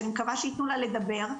שאני מקווה שיתנו לה לדבר,